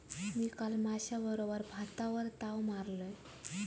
मी काल माश्याबरोबर भातावर ताव मारलंय